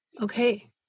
Okay